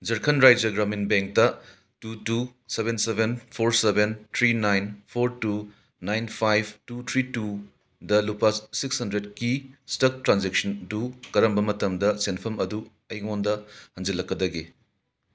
ꯖꯔꯈꯟ ꯔꯥꯏꯖ ꯒ꯭ꯔꯥꯃꯤꯟ ꯕꯦꯡꯇ two two seven seven four seven three nine four two nine five two three two ꯗ ꯂꯨꯄꯥ six ꯍꯟꯗ꯭ꯔꯦꯗꯀꯤ stuck transaction ꯗꯨ ꯀꯔꯝꯕ ꯃꯇꯝꯗ ꯁꯦꯟꯐꯝ ꯑꯗꯨ ꯑꯩꯉꯣꯟꯗ ꯍꯟꯖꯤꯜꯂꯛꯀꯗꯒꯦ